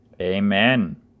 amen